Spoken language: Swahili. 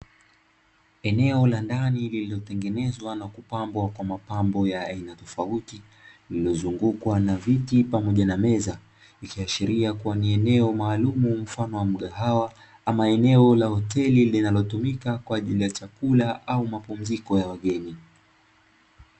Eneo la ndani lililotengenezwa na kupambwa kwa mapambo ya aina tofauti iliyozungukwa na viti pamoja na meza iliyoashiria kuwa ni eneo maalum, mfano wa mgahawa ama eneo la hoteli linalotumika kwa ajili ya chakula au mapumziko ya wageni.